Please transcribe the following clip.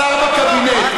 שר בקבינט,